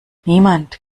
niemand